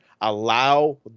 Allow